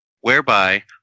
whereby